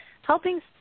Helping